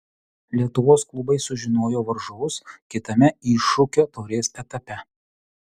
lietuvos klubai sužinojo varžovus kitame iššūkio taurės etape